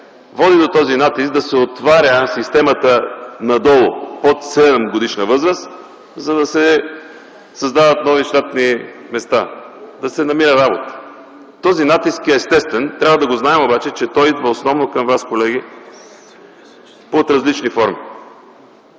води до този натиск да се отваря системата надолу – под 7-годишна възраст, да се създават нови щатни места, да се намира работа. Този натиск е естествен. Трябва да знаем обаче, че той идва основно към вас, колеги, под различни форми,